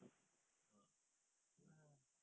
inshaallah